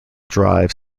drive